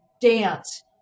dance